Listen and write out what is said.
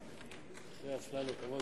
הצעת חוק ביטוח בריאות